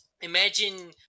imagine